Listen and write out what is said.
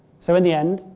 so, in the end,